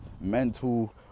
mental